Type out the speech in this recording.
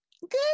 Good